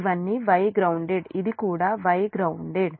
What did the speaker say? ఇవన్నీ Y grounded ఇది కూడా Y గ్రౌన్దేడ్